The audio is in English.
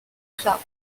club